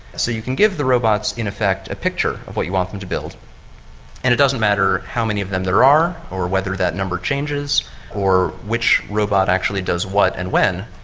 so you can give the robots in effect a picture of what you want them to build and it doesn't matter how many of them there are or whether that number changes or which robot actually does what and when,